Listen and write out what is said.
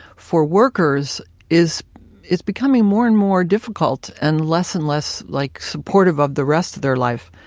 for workers is is becoming more and more difficult and less and less like supportive of the rest of their life.